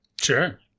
Sure